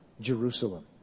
Jerusalem